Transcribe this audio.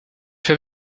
fait